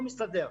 אז לא מסתדר.